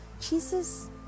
Jesus